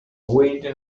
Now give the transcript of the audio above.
wade